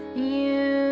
you